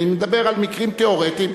אני מדבר על מקרים תיאורטיים.